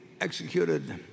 executed